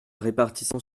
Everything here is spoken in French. répartition